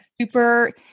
super